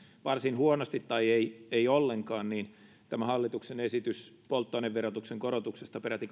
varsin huonosti tai ei ei ollenkaan tämä hallituksen esitys polttoaineverotuksen korotuksesta peräti